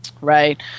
right